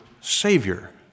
Savior